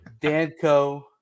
Danco